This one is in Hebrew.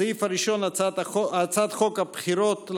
הסעיף הראשון: הצעת חוק הבחירות